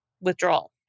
withdrawal